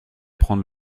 prendre